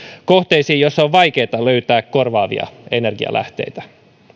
kohteisiin joissa on vaikeata löytää korvaavia energialähteitä